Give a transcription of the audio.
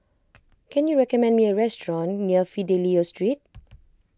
can you recommend me a restaurant near Fidelio Street